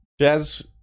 jazz